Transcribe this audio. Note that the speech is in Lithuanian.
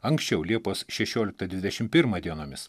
anksčiau liepos šešioliktą dvidešim pirmą dienomis